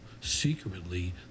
secretly